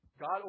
God